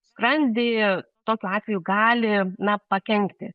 skrandį tokiu atveju gali na pakenkti